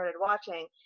watching